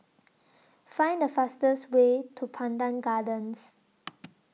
Find The fastest Way to Pandan Gardens